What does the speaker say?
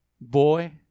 boy